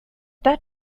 that